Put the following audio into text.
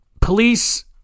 police